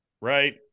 right